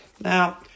Now